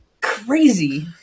crazy